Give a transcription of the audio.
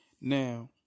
Now